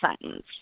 sentence